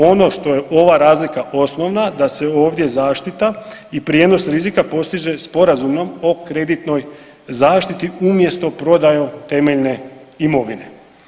Ono što je ova razlika osnovna da se ovdje zaštita i prijenos rizika postiže sporazumom o kreditnoj zaštiti umjesto prodajom temeljne imovine.